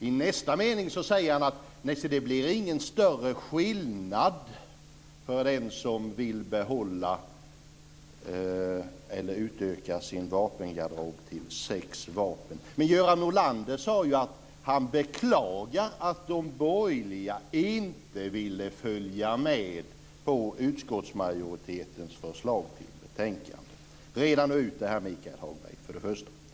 I nästa mening säger han att det inte blir någon större skillnad för den som vill behålla sin vapengarderob eller utöka den till sex vapen. Men Göran Norlander sade ju att han beklagade att de borgerliga inte ville ställa upp på utskottsmajoritetens förslag till betänkande. För det första vill jag att Michael Hagberg reder ut det här.